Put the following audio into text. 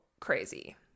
crazy